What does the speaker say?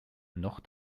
noch